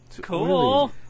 Cool